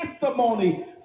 testimony